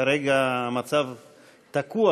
שכרגע המצב תקוע,